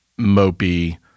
mopey